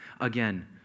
Again